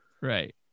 Right